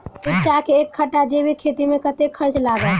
मिर्चा केँ एक कट्ठा जैविक खेती मे कतेक खर्च लागत?